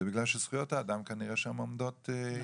זה כנראה שזכויות האדם כנראה שם עומדות יותר.